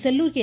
Sellur K